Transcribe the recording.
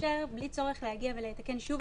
שיתאפשר בלי צורך להגיע ולתקן שוב את התקנות.